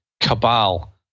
cabal